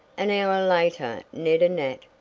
an hour later ned and nat,